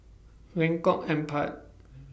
Lengkok Empat